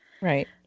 right